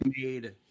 made